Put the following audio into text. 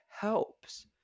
helps